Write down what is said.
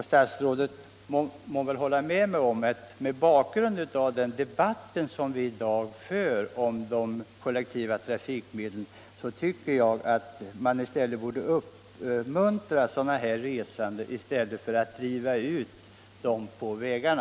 Statsrådet må väl hålla med mig — mot bakgrund av den debatt som i dag förs om de kollektiva trafikmedlen — om att man borde uppmuntra dessa resande i stället för att driva ut dem på vägarna.